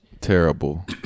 Terrible